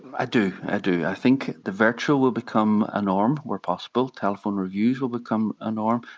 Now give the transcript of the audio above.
i do, i do, i think the virtual will become a norm, where possible, telephones reviews will become a norm,